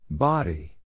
Body